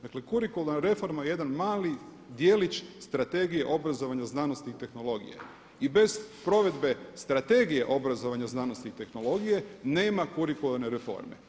Dakle, kurikularna reforma je jedan mali djelić Strategije obrazovanja, znanosti i tehnologije i bez Strategije obrazovanja, znanosti i tehnologije nema kurikularne reforme.